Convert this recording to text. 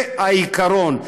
זה העיקרון.